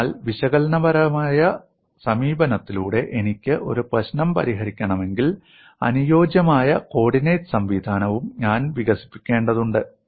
അതിനാൽ വിശകലനപരമായ സമീപനത്തിലൂടെ എനിക്ക് ഒരു പ്രശ്നം പരിഹരിക്കണമെങ്കിൽ അനുയോജ്യമായ കോർഡിനേറ്റ് സംവിധാനവും ഞാൻ വികസിപ്പിക്കേണ്ടതുണ്ട്